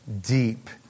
deep